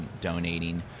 donating